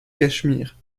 cachemire